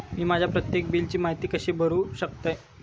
मी माझ्या प्रत्येक बिलची माहिती कशी बघू शकतय?